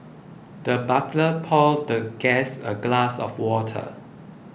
the butler poured the guest a glass of water